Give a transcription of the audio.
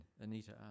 Anita